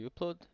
Upload